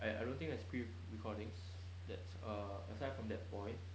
I I don't think there's pre-recordings that's ah aside from that point